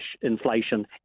inflation